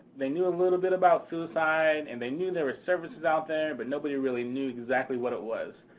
they knew a little bit about suicide, and they knew there were services out there, but nobody really knew exactly what it was.